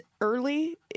early